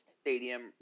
stadium